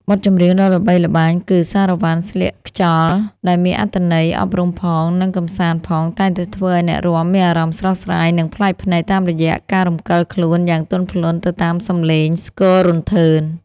បទចម្រៀងដ៏ល្បីល្បាញគឺ សារ៉ាវ៉ាន់ស្លៀកខ្យល់ ដែលមានអត្ថន័យអប់រំផង និងកម្សាន្តផង តែងតែធ្វើឱ្យអ្នករាំមានអារម្មណ៍ស្រស់ស្រាយ និងប្លែកភ្នែកតាមរយៈការរំកិលខ្លួនយ៉ាងទន់ភ្លន់ទៅតាមសម្លេងស្គររន្ថើន។